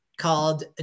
called